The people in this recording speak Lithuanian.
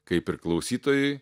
kaip ir klausytojui